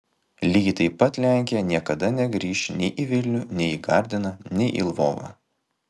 lygiai taip pat lenkija niekada negrįš nei į vilnių nei į gardiną nei į lvovą